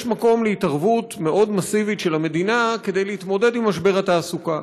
יש מקום להתערבות מאוד מסיבית של המדינה כדי להתמודד עם משבר התעסוקה.